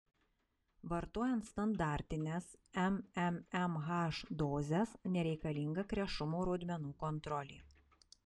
vartojant standartines mmmh dozes nereikalinga krešumo rodmenų kontrolė